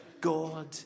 God